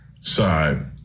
side